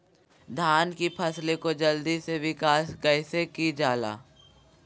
धान की फसलें को जल्दी से विकास कैसी कि जाला?